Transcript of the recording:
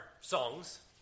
songs